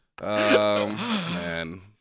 Man